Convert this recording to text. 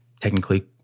technically